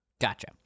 Gotcha